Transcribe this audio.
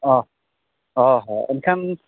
ᱚ ᱚ ᱦᱚᱸ ᱮᱱᱠᱷᱟᱱ